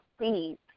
please